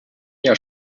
jahr